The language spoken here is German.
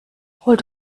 holt